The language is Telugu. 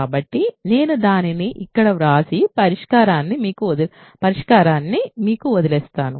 కాబట్టి నేను దానిని ఇక్కడ వ్రాసి పరిష్కారాన్ని మీకు వదిలివేస్తాను